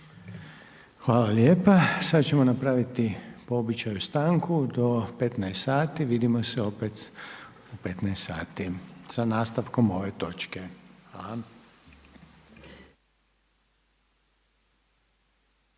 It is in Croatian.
Hvala lijepa. Sad ćemo napraviti po običaju stanku do 15,00 sati. Vidimo se opet u 15,00 sati sa nastavkom ove točke.